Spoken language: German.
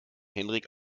henrik